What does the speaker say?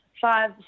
five